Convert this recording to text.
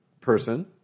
person